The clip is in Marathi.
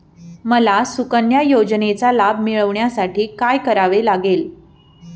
मला सुकन्या योजनेचा लाभ मिळवण्यासाठी काय करावे लागेल?